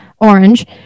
orange